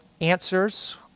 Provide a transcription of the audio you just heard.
answers